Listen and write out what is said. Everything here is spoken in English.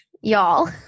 Y'all